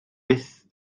byth